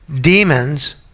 demons